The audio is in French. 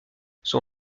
son